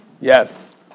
Yes